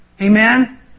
Amen